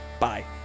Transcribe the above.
bye